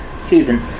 Susan